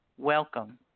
Welcome